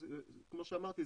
כמו שאמרתי,